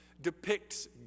depicts